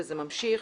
וזה ממשיך,